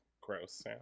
Gross